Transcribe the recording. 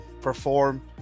perform